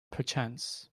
perchance